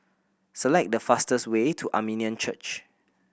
select the fastest way to Armenian Church